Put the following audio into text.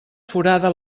forada